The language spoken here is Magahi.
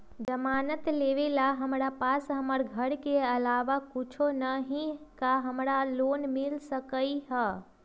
जमानत देवेला हमरा पास हमर घर के अलावा कुछो न ही का हमरा लोन मिल सकई ह?